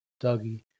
Dougie